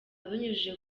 abinyujije